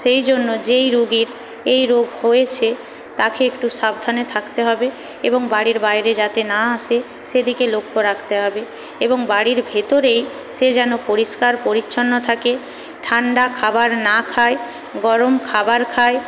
সেই জন্য যেই রুগীর এই রোগ হয়েছে তাকে একটু সাবধানে থাকতে হবে এবং বাড়ির বাইরে যাতে না আসে সেদিকে লক্ষ্য রাখতে হবে এবং বাড়ির ভেতরে সে যেন পরিষ্কার পরিছন্ন থাকে ঠান্ডা খাবার না খায় গরম খাবার খায়